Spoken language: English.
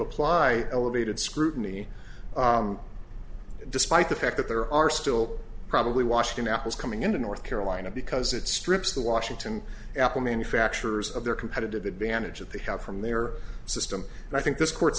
apply elevated scrutiny despite the fact that there are still probably washington apples coming into north carolina because it strips the washington apple manufacturers of their competitive advantage of the help from their system and i think this court's